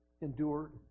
endured